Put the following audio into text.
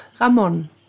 Ramon